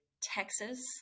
Texas